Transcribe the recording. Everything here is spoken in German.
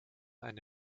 eine